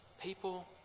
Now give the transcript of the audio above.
People